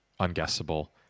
unguessable